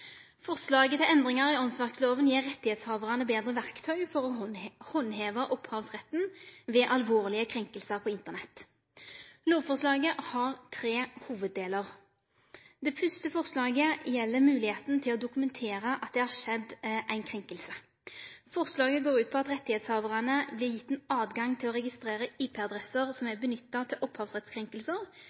Forslaget til endringar i åndsverklova gjev rettshavarane betre verktøy for å handheve opphavsretten ved alvorlege krenkingar på Internett. Lovforslaget har tre hovuddeler. Det fyrste forslaget gjeld moglegheita til å dokumentere at det har skjedd ei krenking. Forslaget går ut på at rettshavarane vert gjevne ein åtgang til å registrere IP-adresser som er nytta til